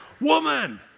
woman